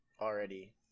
already